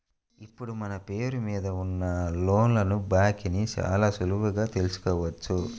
ఇప్పుడు మన పేరు మీద ఉన్న లోన్ల బాకీని చాలా సులువుగా తెల్సుకోవచ్చు